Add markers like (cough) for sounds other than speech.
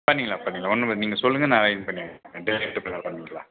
பண்ணிக்கலாம் பண்ணிக்கலாம் ஒன்றும் பிர நீங்கள் சொல்லுங்கள் நான் இது பண்ணிடுறேன் (unintelligible) கண்டிப்பாக (unintelligible) பண்ணிக்கலாம்